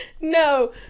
No